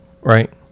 right